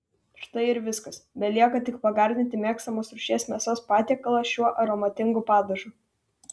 štai ir viskas belieka tik pagardinti mėgstamos rūšies mėsos patiekalą šiuo aromatingu padažu